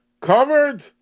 covered